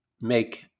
make